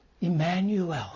Emmanuel